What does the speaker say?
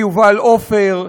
ליובל עופר,